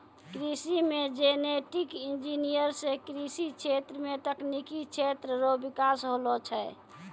कृषि मे genetic engineer से कृषि क्षेत्र मे तकनिकी क्षेत्र रो बिकास होलो छै